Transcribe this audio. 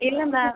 இல்லை மேம்